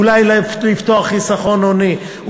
אולי לפתוח חיסכון הוני,